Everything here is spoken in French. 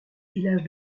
village